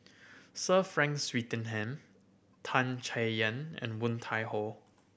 Sir Frank Swettenham Tan Chay Yan and Woon Tai Ho